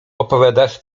opowiadasz